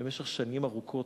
במשך שנים ארוכות,